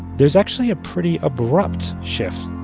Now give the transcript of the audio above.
there's actually a pretty abrupt shift